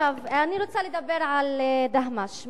אני רוצה לדבר על דהמש.